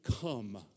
come